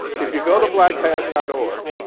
if you go to blackpast org,